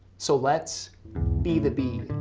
so let's be the bee,